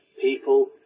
people